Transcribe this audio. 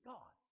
God